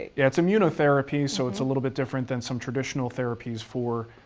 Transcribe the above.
yeah it's immunotherapy, so it's a little bit different than some traditional therapies for